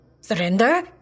surrender